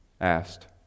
asked